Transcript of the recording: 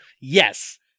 Yes